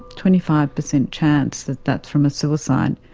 twenty five percent chance that that's from a suicide.